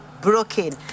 broken